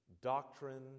doctrine